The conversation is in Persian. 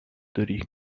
داری